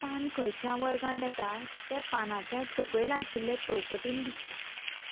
पान खंयच्या वर्गांत येता तें पानाच्या सकयल आशिल्ले चौकटीन दिसता